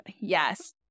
Yes